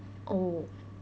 oh